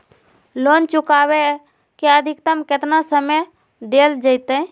Loan चुकाबे के अधिकतम केतना समय डेल जयते?